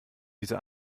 diese